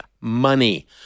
money